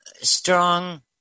Strong